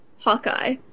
Hawkeye